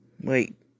wait